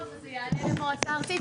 טוב זה יעלה במועצה הארצית,